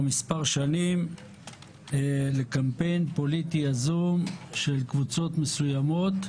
מספר שנים לקמפיין פוליטי יזום של קבוצות מסוימות,